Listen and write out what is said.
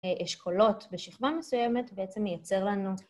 ‫אשכולות בשכבה מסוימת ‫בעצם מייצר לנו...